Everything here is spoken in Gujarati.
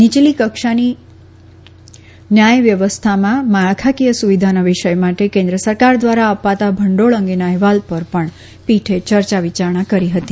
નીચલી કક્ષાની ન્યાય વ્યવસ્થામાં માળખાકીય સુવિધાના વિષય માટે કેન્દ્ર સરકાર ધ્વારા અપાતા ભંડીળ અંગેના અહેવાલ ઉપર પણ પીઠે ચર્ચા વિચારણા કરી હતી